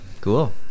Cool